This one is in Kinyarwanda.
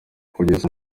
kugeza